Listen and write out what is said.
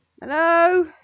Hello